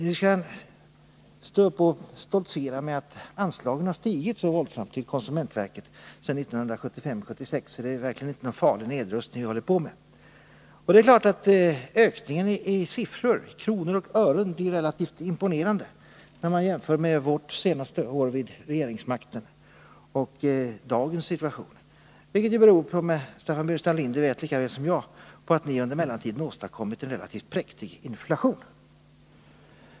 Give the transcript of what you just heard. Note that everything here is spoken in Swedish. Ni skall inte stoltsera med att anslagen till konsumentverket har stigit så våldsamt sedan 1975/76 och mena att det därför inte är någon särskilt farlig nedrustning som nu pågår. Ökningenii siffror, i kronor och ören, blir förstås ganska imponerande vid en jämförelse mellan vårt senaste år vid regeringsmakten och dagens situation, men det beror — vilket Staffan Burenstam Linder känner till lika väl som jag — på att ni under mellantiden åstadkommit en relativt präktig inflation.